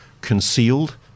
concealed